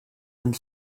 and